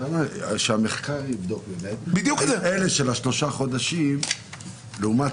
שהמחקר יבדוק את אלה של השלושה חודשים לעומת